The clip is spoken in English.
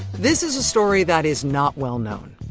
this is a story that is not well known.